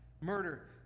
Murder